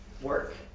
work